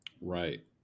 Right